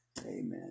Amen